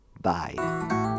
bye